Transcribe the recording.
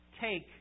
take